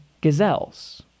gazelles